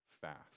fast